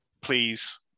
Please